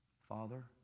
Father